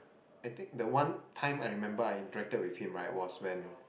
I think the one time I remember I interacted with him right was when